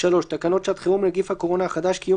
(3)תקנות שעת חירום (נגיף הקורונה החדש) (קיום